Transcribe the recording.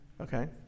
Okay